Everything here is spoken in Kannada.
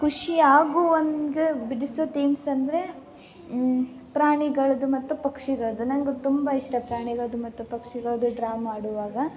ಖುಷಿ ಆಗುವಂಗೆ ಬಿಡಿಸೋ ತೀಮ್ಸ್ ಅಂದರೆ ಪ್ರಾಣಿಗಳದ್ದು ಮತ್ತು ಪಕ್ಷಿಗಳದ್ದು ನಂಗೆ ಅದು ತುಂಬ ಇಷ್ಟ ಪ್ರಾಣಿಗಳದ್ದು ಮತ್ತು ಪಕ್ಷಿಗಳದ್ದು ಡ್ರಾ ಮಾಡುವಾಗ